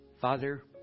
Father